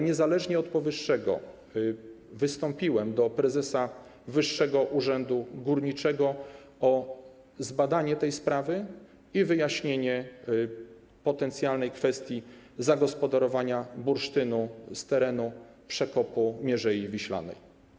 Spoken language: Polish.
Niezależnie od powyższego wystąpiłem do prezesa Wyższego Urzędu Górniczego o zbadanie tej sprawy i wyjaśnienie potencjalnej kwestii zagospodarowania bursztynu z terenu przekopu Mierzei Wiślanej.